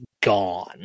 gone